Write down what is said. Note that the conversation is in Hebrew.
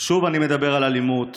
שוב אני מדבר על אלימות,